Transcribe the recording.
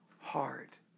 heart